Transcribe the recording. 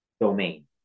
domain